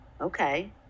Okay